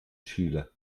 chile